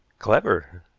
clever!